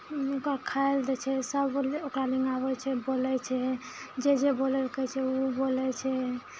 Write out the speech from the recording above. ओकरा खाय लए दै छै सब ओकरा लगमे आबै छै बोलै छै जे जे बोलै लए कहै छै ओ ओ बोलै छै